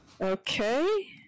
Okay